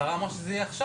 השרה אמרה שזה יהיה עכשיו.